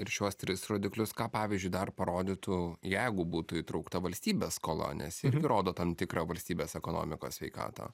ir šiuos tris rodiklius ką pavyzdžiui dar parodytų jeigu būtų įtraukta valstybės skola nes irgi rodo tam tikrą valstybės ekonomikos sveikatą